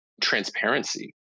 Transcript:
transparency